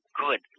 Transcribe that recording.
good